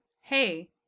Hey